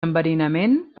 enverinament